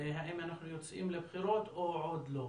האם אנחנו יוצאים לבחירות או עוד לא.